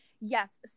yes